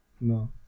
No